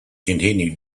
continued